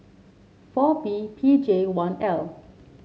four B P J one L